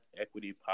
equity